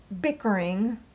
bickering